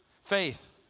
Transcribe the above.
Faith